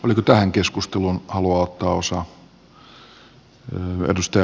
oliko tähän keskusteluun halua ottaa osaa